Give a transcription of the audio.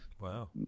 Wow